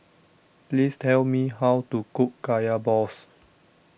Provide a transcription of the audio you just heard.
please tell me how to cook Kaya Balls